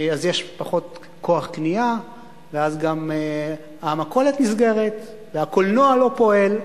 אז יש פחות כוח קנייה ואז גם המכולת נסגרת והקולנוע לא פועל.